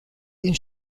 این